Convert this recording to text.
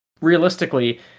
realistically